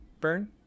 burn